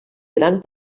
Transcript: gran